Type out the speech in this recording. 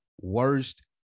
worst